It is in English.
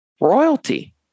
royalty